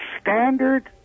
standard